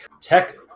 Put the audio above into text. Tech